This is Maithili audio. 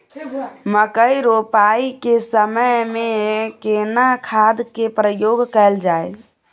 मकई रोपाई के समय में केना खाद के प्रयोग कैल जाय?